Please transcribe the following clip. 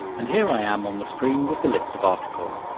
and here i am on the screen with the list of articles.